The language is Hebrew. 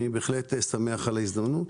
אני בהחלט שמח על ההזדמנות.